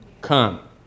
come